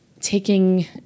taking